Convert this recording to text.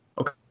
Okay